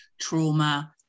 trauma